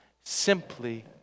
simply